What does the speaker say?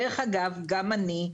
דרך אגב גם אני,